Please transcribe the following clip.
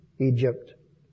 Egypt